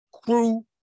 crew